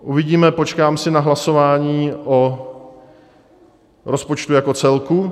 Uvidíme, počkám si na hlasování o rozpočtu jako celku.